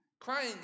crying